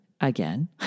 again